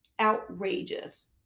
outrageous